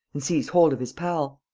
and seized hold of his pal.